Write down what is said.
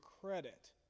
credit